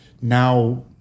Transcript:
now